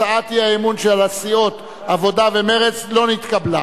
הצעת האי-אמון של סיעות העבודה ומרצ לא נתקבלה.